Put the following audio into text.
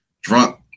drunk